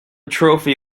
trophy